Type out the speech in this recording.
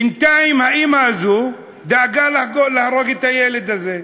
בינתיים האימא הזאת דאגה להרוג את הילד הזה.